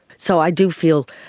so i do feel,